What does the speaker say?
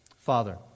Father